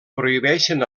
prohibeixen